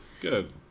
good